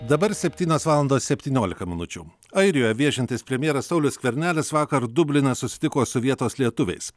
dabar septynios valandos septyniolika minučių airijoje viešintis premjeras saulius skvernelis vakar dubline susitiko su vietos lietuviais